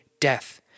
death